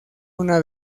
una